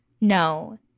no